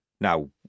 Now